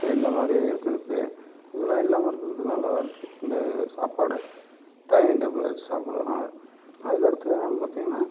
இந்த மாதிரி இருக்கிறது இதலாம் இல்லாமருக்கிறது நல்லதாயிருக்கு இந்த சாப்பாடு டைனிங் டேபிளில் வச்சு சாப்பிட்றதுனால அதுக்கடுத்து என்னன்னு பார்த்தீங்கன்னா